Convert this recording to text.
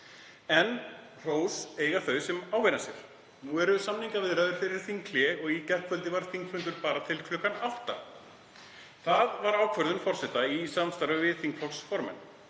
En hrós eiga þau sem ávinna sér. Nú eru samningaviðræður fyrir þinghlé og í gærkvöldi var þingfundur bara til klukkan átta. Það var ákvörðun forseta í samstarfi við þingflokksformenn.